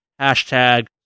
hashtag